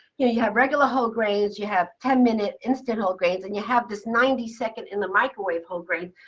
you you have regular whole grains. you have ten minute instant whole grains, and you have this ninety second in the microwave whole grains,